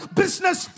business